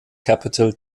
capital